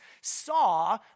saw